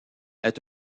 est